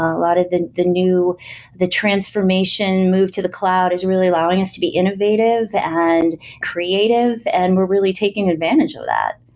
a lot of the the new the transformation move to the cloud is really allowing us to be innovative and creative and we're really taking advantage of that.